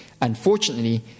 Unfortunately